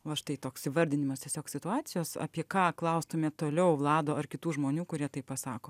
va štai toks įvardinimas tiesiog situacijos apie ką klaustumėt toliau vlado ar kitų žmonių kurie taip pasako